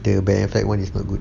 the one is no good